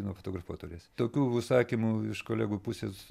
nufotografuot turėsi tokių užsakymų iš kolegų pusės